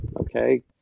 okay